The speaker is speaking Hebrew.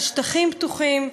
על שטחים פתוחים,